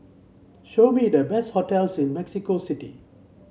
show me the best hotels in Mexico City